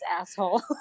asshole